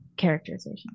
characterization